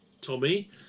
Tommy